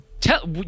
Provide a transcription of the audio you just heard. Tell